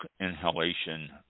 inhalation